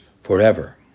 forever